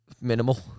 minimal